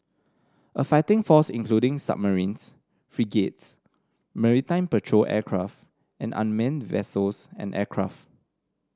a fighting force including submarines frigates maritime patrol aircraft and unmanned vessels and aircraft